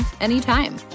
anytime